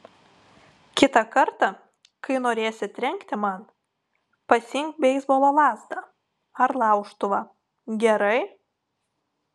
kitą kartą kai norėsi trenkti man pasiimk beisbolo lazdą ar laužtuvą gerai